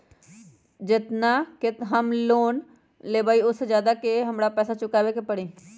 जेतना के हम लोन लेबई ओ से ज्यादा के हमरा पैसा चुकाबे के परी?